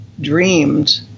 dreamed